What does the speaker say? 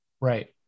Right